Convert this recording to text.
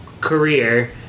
career